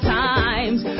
times